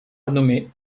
nommé